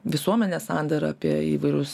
visuomenės sandarą apie įvairius